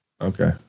Okay